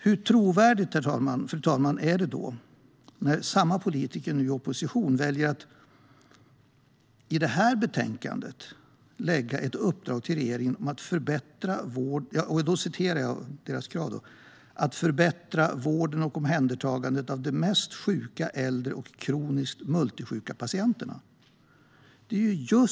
Fru talman! Samma politiker väljer nu i opposition att i detta betänkande ge ett uppdrag till regeringen "att förbättra vården och omhändertagandet av de mest sjuka äldre och kroniskt multisjuka patienterna." Hur trovärdigt är det?